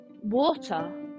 water